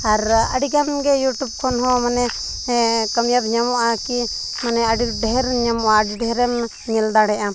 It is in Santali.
ᱟᱨ ᱟᱹᱰᱤᱜᱟᱱ ᱜᱮ ᱤᱭᱩᱴᱩᱵᱽ ᱠᱷᱚᱱ ᱦᱚᱸ ᱢᱟᱱᱮ ᱠᱟᱢᱤᱭᱟᱵᱽ ᱧᱟᱢᱚᱜᱼᱟ ᱠᱤ ᱢᱟᱱᱮ ᱟᱹᱰᱤ ᱰᱷᱮᱨ ᱧᱟᱢᱚᱜᱼᱟ ᱟᱨ ᱡᱩᱫᱤ ᱰᱷᱮᱨᱮᱢ ᱧᱮᱞ ᱫᱟᱲᱮᱜ ᱟᱢ